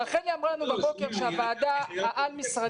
רחלי אמרה לנו בבוקר שהוועדה העל-משרדית